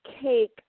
cake